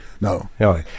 No